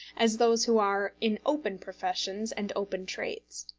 as those who are in open professions and open trades.